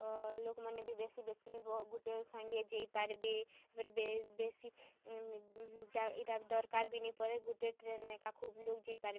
ଲୋକ୍ମାନେ ବି ବେଶୀ ବେଶୀ ଗୁଟେ ସାଙ୍ଗେ ଯାଇପାର୍ବେ ତା'ର୍ପରେ ବେଶୀ ଇ'ଟା ଦର୍କାର୍ ବି ନାଇ ପଡ଼େ ଗୁଟେ ଟ୍ରେନ୍ ଇ'ଟା ଖୋବ୍ ଲୋକ୍ ଯାଇପାର୍ବେ